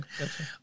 Okay